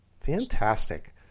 Fantastic